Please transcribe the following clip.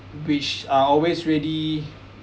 which are always ready